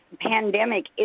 pandemic